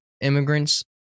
immigrants